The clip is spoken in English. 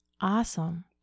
Awesome